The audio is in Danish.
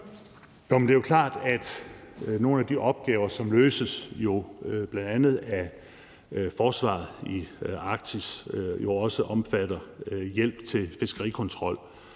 Det er jo klart, at nogle af de opgaver, som bl.a. løses af forsvaret i Arktis, også omfatter hjælp til fiskerikontrollen.